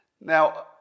Now